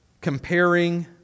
Comparing